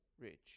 rich